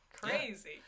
Crazy